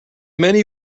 many